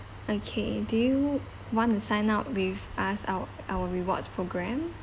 okay do you want to sign up with us our our rewards program